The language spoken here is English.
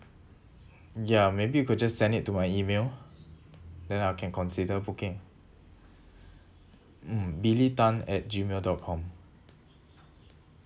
ya maybe you could just send it to my email then I can consider booking mm billy tan at gmail dot com